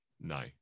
No